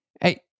Hey